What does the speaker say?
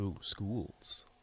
schools